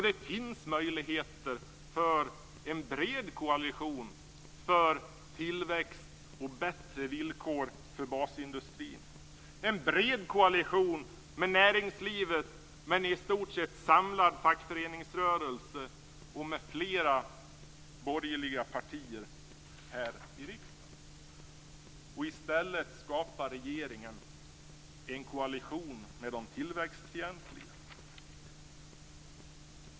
Det finns möjligheter för en bred koalition för tillväxt och bättre villkor för basindustrin - en bred koalition med näringslivet, med en i stort sett samlad fackföreningsrörelse och med flera borgerliga partier här i riksdagen. I stället skapar regeringen en koalition med de tillväxtfientliga.